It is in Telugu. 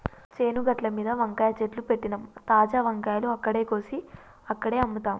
చేను గట్లమీద వంకాయ చెట్లు పెట్టినమ్, తాజా వంకాయలు అక్కడే కోసి అక్కడే అమ్ముతాం